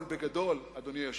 אבל בגדול, אדוני היושב-ראש,